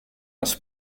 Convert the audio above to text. das